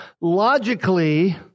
logically